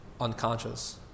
unconscious